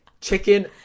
chicken